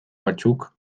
batzuk